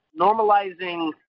normalizing